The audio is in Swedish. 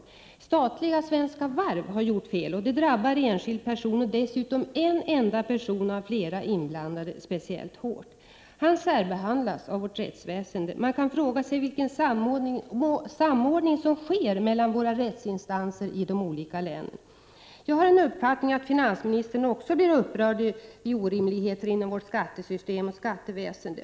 Det statliga bolaget Svenska Varv har 17 gjort fel, och det drabbar enskild person och dessutom en enda person av flera inblandade speciellt hårt. Han särbehandlas av vårt rättsväsende. Man kan fråga sig vilken samordning som sker mellan våra rättsinstanser i de olika länen. Jag har den uppfattningen att även finansministern blir upprörd av orimligheter inom vårt skattesystem och skatteväsende.